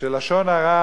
שלשון הרע